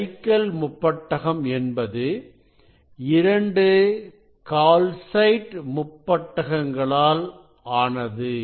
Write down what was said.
Nicol முப்பட்டகம் என்பது 2 calcite முப்பட்டகங்களால் ஆனது